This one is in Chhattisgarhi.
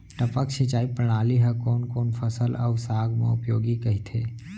टपक सिंचाई प्रणाली ह कोन कोन फसल अऊ साग म उपयोगी कहिथे?